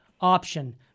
option